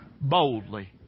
Boldly